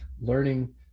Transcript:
learning